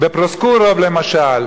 בפרוסקורוב למשל,